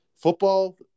football